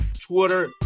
Twitter